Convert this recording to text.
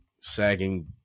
sagging